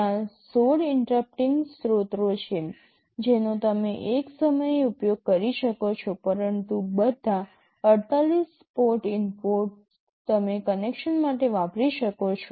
ત્યાં 16 ઇન્ટરપ્ટિંગ સ્ત્રોતો છે જેનો તમે એક સમયે ઉપયોગ કરી શકો છો પરંતુ બધા 48 પોર્ટ ઇનપુટ્સ તમે કનેક્શન માટે વાપરી શકો છો